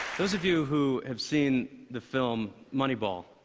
those of you who have seen the film moneyball,